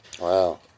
Wow